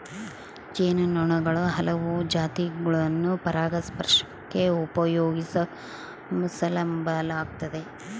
ಜೇನು ನೊಣುಗುಳ ಹಲವು ಜಾತಿಗುಳ್ನ ಪರಾಗಸ್ಪರ್ಷಕ್ಕ ಉಪಯೋಗಿಸೆಂಬಲಾಗ್ತತೆ